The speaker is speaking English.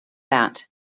that